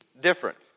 different